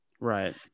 Right